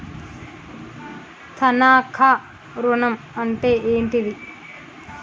తనఖా ఋణం అంటే ఏంటిది?